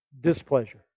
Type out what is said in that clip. displeasure